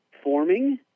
forming